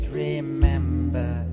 remember